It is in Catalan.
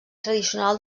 tradicional